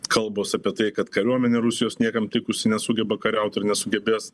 kalbos apie tai kad kariuomenė rusijos niekam tikusi nesugeba kariaut ir nesugebės